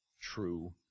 true